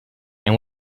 and